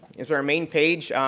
is our main page,